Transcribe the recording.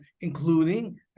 including